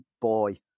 boy